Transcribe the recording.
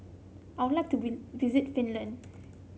I would like to visit Finland